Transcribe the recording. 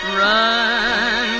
run